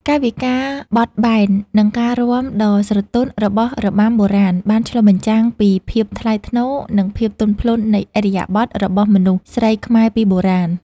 កាយវិការបត់បែន និងការរាំដ៏ស្រទន់របស់របាំបុរាណបានឆ្លុះបញ្ចាំងពីភាពថ្លៃថ្នូរ និងភាពទន់ភ្លន់នៃឥរិយាបថរបស់មនុស្សស្រីខ្មែរពីបុរាណ។